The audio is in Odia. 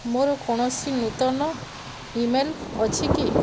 ମୋର କୌଣସି ନୂତନ ଇମେଲ୍ ଅଛି କି